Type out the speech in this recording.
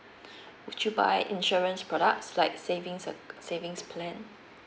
would you buy insurance products like savings uh savings plan